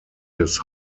des